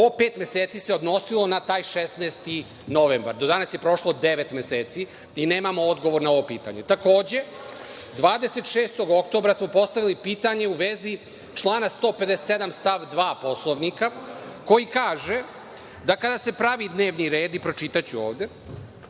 Ovo pet meseci se odnosilo na taj 16. novembar. Do danas je prošlo devet meseci i nemamo odgovor na ovo pitanje. Takođe, 26. oktobra smo postavili pitanje u vezi člana 157. stav 2. Poslovnika koji kaže da kada se pravi dnevni red, i pročitaću ovde,